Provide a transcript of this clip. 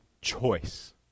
choice